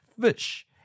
fish